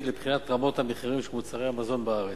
לבחינת רמות המחירים של מוצרי המזון בארץ.